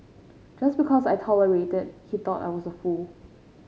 just because I tolerated he thought I was a fool